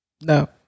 No